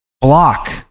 Block